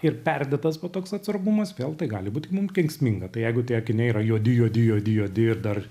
ir perdėtas va toks atsargumas vėl tai gali būti mum kenksminga tai jeigu tie akiniai yra juodi juodi juodi juodi ir dar